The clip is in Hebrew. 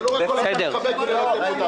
ולא שכל אחד מפחד ולא נותן אותם.